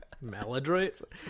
Maladroit